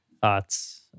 thoughts